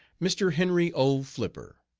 mr. henry o. flipper.